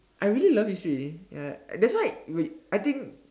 I really love history ya that's why we I think